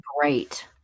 great